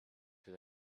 with